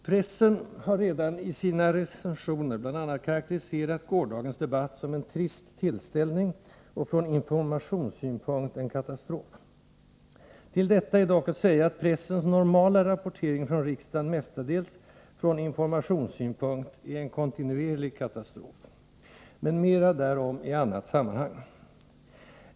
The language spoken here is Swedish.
Pressen har redan i sina recensioner bl.a. karakteriserat gårdagens debatt som en trist tillställning och från informationssynpunkt en katastrof. Till detta är dock att säga att pressens normala rapportering från riksdagen mestadels, från informationssynpunkt, är en kontinuerlig katastrof. Mera därom i annat sammanhang.